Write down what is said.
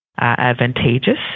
advantageous